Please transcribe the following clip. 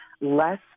less